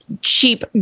cheap